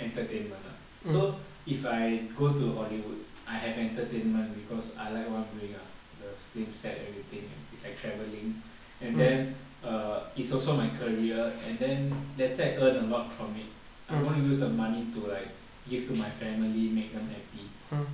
entertainment lah so if I go to hollywood I have entertainment because I like what I'm doing ah the film set everything and it's like traveling and then err it's also my career and then let's say I earn a lot from it I'm going to use the money to like give to my family make them happy